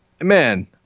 Man